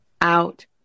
out